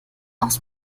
aus